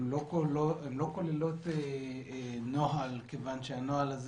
הם לא כוללות נוהל כיוון שהנוהל הזה